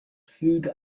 food